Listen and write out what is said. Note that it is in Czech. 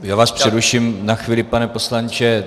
Já vás přeruším na chvíli, pane poslanče.